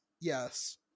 Yes